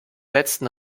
letzten